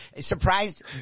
surprised